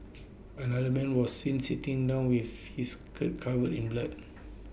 another man was seen sitting down with his covered in blood